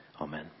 Amen